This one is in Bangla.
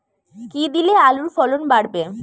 কী দিলে আলুর ফলন বাড়বে?